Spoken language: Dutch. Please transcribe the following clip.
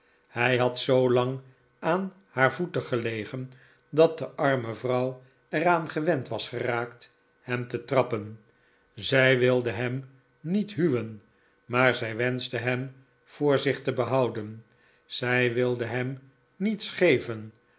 hij had zoo lang aan haar voeten gelegen dat de arme vrouw er aan gewend was geraakt hem te trappen zij wilde hem niet huwen maar zij wenschte hem voor zich te behouden zij wilde hem niets geven